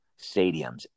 stadiums